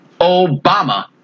Obama